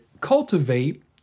cultivate